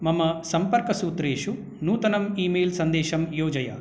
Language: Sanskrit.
मम सम्पर्कसूत्रेसु नूतनम् ई मेल् सन्देशं योजय